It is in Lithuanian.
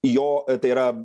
jo tai yra